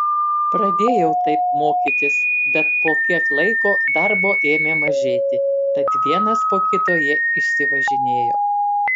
pradėjau taip mokytis bet po kiek laiko darbo ėmė mažėti tad vienas po kito jie išsivažinėjo